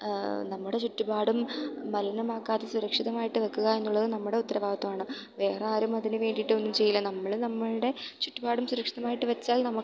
നമ്മുടെ ചുറ്റുപാടും മലിനമാക്കാതെ സുരക്ഷിതമായിട്ട് വെക്കുക എന്നുള്ളത് നമ്മുടെ ഉത്തരവാദിത്ത്വമാണ് വേറെ ആരും അതിന് വേണ്ടീട്ട് ഒന്നും ചെയ്യില്ല നമ്മൾ നമ്മുടെ ചുറ്റുപാടും സുരിക്ഷിതമായിട്ട് വെച്ചാൽ നമുക്ക്